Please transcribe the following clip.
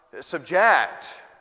subject